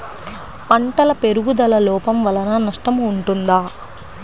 పంటల పెరుగుదల లోపం వలన నష్టము ఉంటుందా?